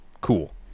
cool